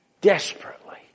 desperately